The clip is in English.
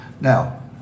Now